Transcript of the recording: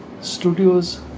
studios